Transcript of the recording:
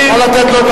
נא לתת לו,